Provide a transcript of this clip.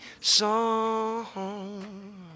song